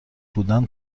بودن